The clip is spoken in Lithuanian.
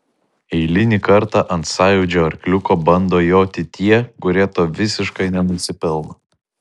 eilinį kartą ant sąjūdžio arkliuko bando joti tie kurie to visiškai nenusipelno